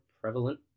prevalent